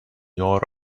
your